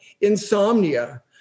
insomnia